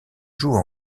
joue